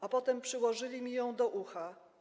A potem przyłożyli mi ją do ucha,